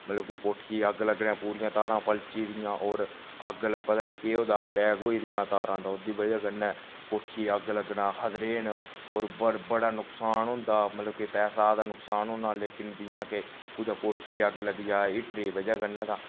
मतलब कि कोठी गी अग्ग लग्गने पूरियां तारां पलची दियां होर अग्ग लग पता नी केह् होए दा क्रैक होई दियां तारां ते ओह्दी बजह कन्नै कोठी गी अग्ग लग्गना खतरे न होर बड़ा नुकसान होंदा मतलब कि पैसा दा नुकसान होना लेकिन जि'यां के कुदै कोठी गी अग्ग लग्गी जा हीटरै दी बजह कन्नै तां